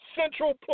central